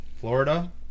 Florida